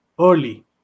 early